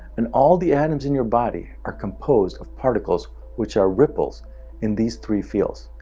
and all the atoms in your body are composed of particles which are ripples in these three fields.